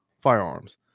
firearms